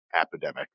epidemic